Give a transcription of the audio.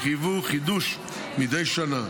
וחייבו חידוש מדי שנה,